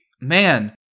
Man